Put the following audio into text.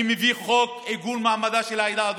אני מביא את חוק עיגון מעמדה של העדה הדרוזית,